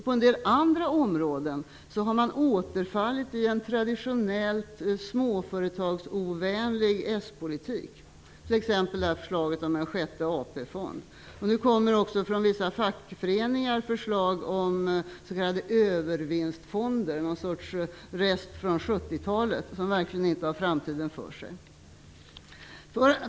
På en del andra områden har regeringen återfallit i en traditionell småföretagsovänlig s-politik. Det gäller t.ex. förslaget om en sjätte AP-fond. Nu kommer också från vissa fackföreningar förslag om s.k. övervinstfonder. Detta är någon sorts rest från 70-talet som verkligen inte har framtiden för sig.